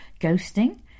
ghosting